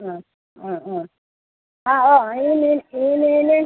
ആ ആ ആ ആ ആ ഓ ഈ മീൻ ഈ മീൻ